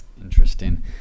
interesting